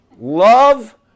love